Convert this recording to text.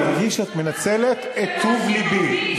אני מרגיש שאת מנצלת את טוב לבי.